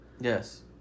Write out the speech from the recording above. Yes